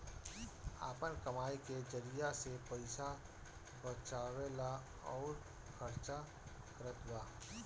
आपन कमाई के जरिआ से पईसा बचावेला अउर खर्चा करतबा